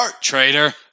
Traitor